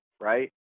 right